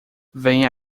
venha